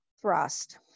thrust